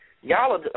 y'all